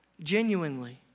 Genuinely